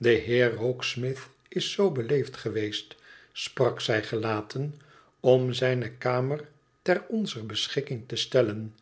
tde heer rokesmith is zoo beleefd geweest sprak zij gelaten om zijne kamer ter onzer beschikking te stellen